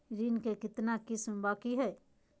ऋण के कितना किस्त बाकी है?